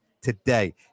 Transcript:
today